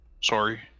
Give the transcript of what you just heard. Sorry